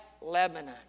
Lebanon